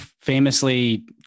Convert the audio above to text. famously